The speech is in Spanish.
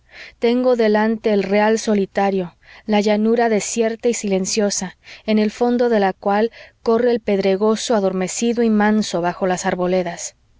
tengo delante el real solitario la llanura desierta y silenciosa en el fondo de la cual corre el pedregoso adormecido y manso bajo las arboledas